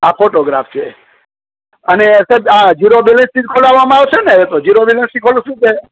આ ફોટોગ્રાફ છે અને સાહેબ આ જીરો બેલેન્સથી જ ખોલવામાં આવશે ને તો જીરો બેલેન્સથી ખોલીશું કે